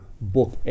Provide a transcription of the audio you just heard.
book